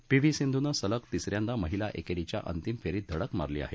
P V सिंधूनं सलग तिस यांदा महिला एकेरीच्या अंतिम फेरीत धडक मारली हे